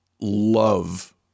love